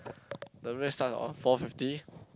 the rest are on four fifty